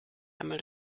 einmal